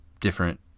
different